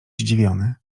zdziwiony